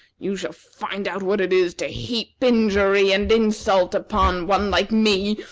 you shall find out what it is to heap injury and insult upon one like me,